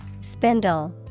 Spindle